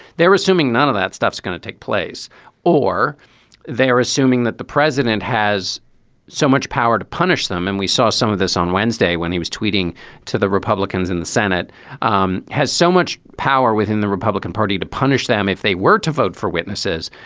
they're assuming none of that stuff's going to take place or they are assuming that the president has so much power to punish them. and we saw some of this on wednesday when he was tweeting to the republicans in the senate um has so much power within the republican party to punish them if they were to vote for witnesses,